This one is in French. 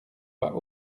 pas